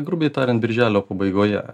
grubiai tariant birželio pabaigoje